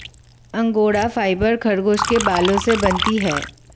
angora fibre खरगोश के बालों से बनती है